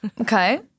Okay